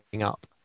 up